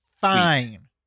fine